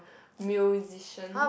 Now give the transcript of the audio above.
musician